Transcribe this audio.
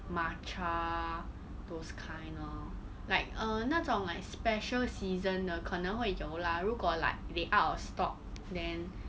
matcha those kind lor like err 那种 like special season 的可能会有啦如果 like they out of stock then